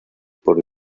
por